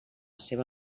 seua